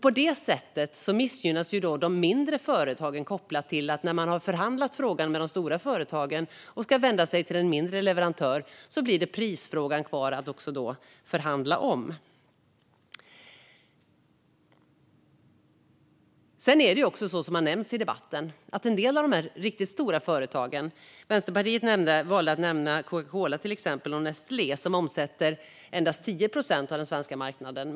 På det sättet missgynnas de mindre företagen, för när man har förhandlat frågan med de stora företagen och ska vända sig till en mindre leverantör blir det ju bara prisfrågan kvar att förhandla om. I debatten har de riktigt stora företagen nämnts. Vänsterpartiet valde att nämna Coca-Cola och Nestlé, som omsätter endast 10 procent av den svenska marknaden.